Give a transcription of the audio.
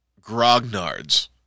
grognards